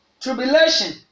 Tribulation